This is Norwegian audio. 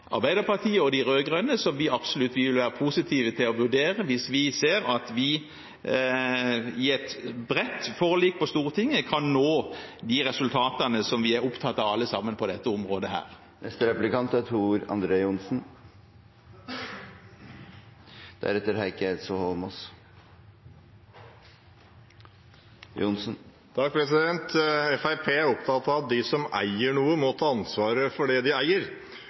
Arbeiderpartiet og de rød-grønne, som vi absolutt vil være positive til å vurdere hvis vi ser at vi i et bredt forlik på Stortinget kan nå resultatene vi alle sammen er opptatt av på dette området. Fremskrittspartiet er opptatt av at de som eier noe, må ta ansvaret for det de eier. Følgelig er det logisk at staten tar ansvaret for sine veier, og også det økonomiske ansvaret. Men vi har fortsatt bompenger, dessverre. Det